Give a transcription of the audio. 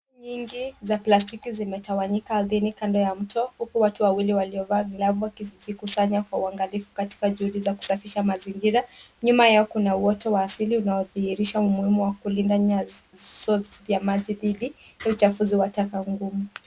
Nyingi za plastiki zimetawanyika ardhini kando ya mto huku watu wawili waliovaa glavu wakisikusanya kwa uangalifu katika juhudi za kusafisha mazingira. Nyuma yao kuna uote wa asili unaodhihirisha umuhimu wa kulinda nyanzo vya maji dhidi ya uchafuzi wa taka ngumu.